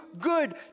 good